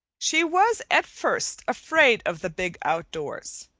she was at first afraid of the big outdoors.